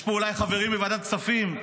יש פה אולי חברים מוועדת כספים,